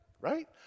right